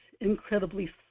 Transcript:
incredibly